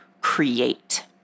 create